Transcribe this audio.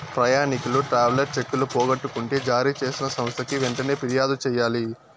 ప్రయాణికులు ట్రావెలర్ చెక్కులు పోగొట్టుకుంటే జారీ చేసిన సంస్థకి వెంటనే ఫిర్యాదు చెయ్యాలి